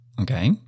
Okay